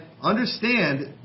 understand